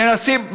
מנסים,